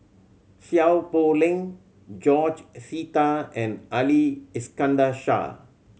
Seow Poh Leng George Sita and Ali Iskandar Shah